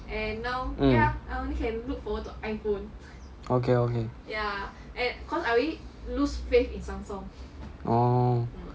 mm okay okay orh